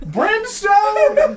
Brimstone